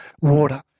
water